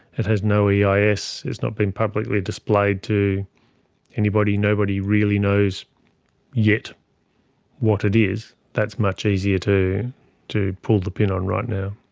it has no yeah eis, it's not been publicly displayed to anybody, nobody really knows yet what it is, that's much easier to to pull the pin on right now.